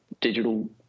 digital